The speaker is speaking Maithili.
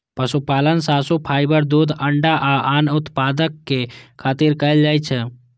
पशुपालन मासु, फाइबर, दूध, अंडा आ आन उत्पादक खातिर कैल जाइ छै